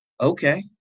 okay